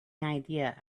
idea